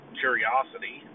curiosity